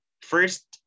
first